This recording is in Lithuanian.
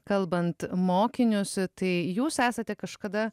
kalbant mokinius tai jūs esate kažkada